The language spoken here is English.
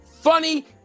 funny